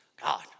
God